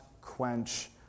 quench